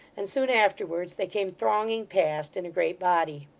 and soon afterwards they came thronging past, in a great body.